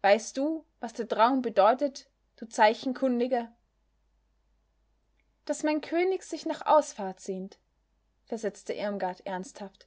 weißt du was der traum bedeutet du zeichenkundige daß mein könig sich nach ausfahrt sehnt versetzte irmgard ernsthaft